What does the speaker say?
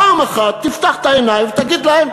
פעם אחת תפתח את העיניים ותגיד להם,